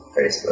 Facebook